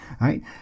right